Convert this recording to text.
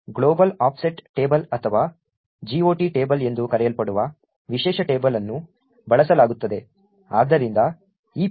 global offset table ಅಥವಾ GOT table ಎಂದು ಕರೆಯಲ್ಪಡುವ ವಿಶೇಷ ಟೇಬಲ್ ಅನ್ನು ಬಳಸಲಾಗುತ್ತದೆ